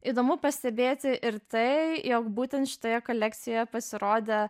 įdomu pastebėti ir tai jog būtent šitoje kolekcijoje pasirodė